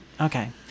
Okay